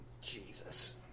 Jesus